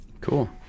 Cool